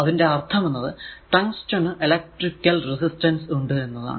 അതിൻറെ അർഥം ടങ്സ്റ്റൻ നു ഇലെക്ട്രിക്കൽ റെസിസ്റ്റൻസ് ഉണ്ട് എന്നതാണ്